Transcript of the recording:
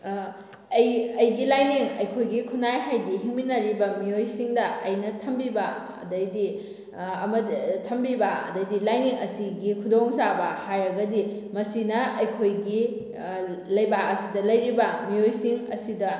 ꯑꯩ ꯑꯩꯒꯤ ꯂꯥꯏꯅꯤꯡ ꯑꯩꯈꯣꯏꯒꯤ ꯈꯨꯟꯅꯥꯏ ꯍꯥꯏꯗꯤ ꯍꯤꯡꯃꯤꯟꯅꯔꯤꯕ ꯃꯤꯑꯣꯏꯁꯤꯡꯗ ꯑꯩꯅ ꯊꯝꯕꯤꯕ ꯑꯗꯩꯗꯤ ꯑꯃꯗꯤ ꯊꯝꯕꯤꯕ ꯑꯗꯩꯗꯤ ꯂꯥꯏꯅꯤꯡ ꯑꯁꯤꯒꯤ ꯈꯨꯗꯣꯡꯆꯥꯕ ꯍꯥꯏꯔꯒꯗꯤ ꯃꯁꯤꯅ ꯑꯩꯈꯣꯏꯒꯤ ꯂꯩꯕꯥꯛ ꯑꯁꯤꯗ ꯂꯩꯔꯤꯕ ꯃꯤꯑꯣꯏꯁꯤꯡ ꯑꯁꯤꯗ